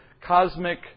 cosmic